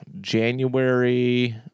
January